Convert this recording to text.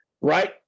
Right